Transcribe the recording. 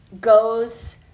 goes